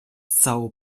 całą